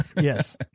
Yes